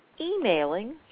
emailing